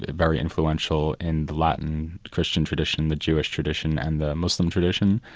very influential in the latin christian tradition, the jewish tradition and the muslim tradition.